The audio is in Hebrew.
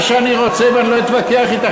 אני אעשה מה שאני רוצה ואני לא אתווכח אתך,